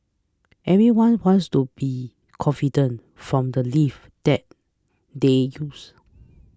everyone wants to be confident from the lifts that they use